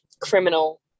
criminal